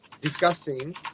discussing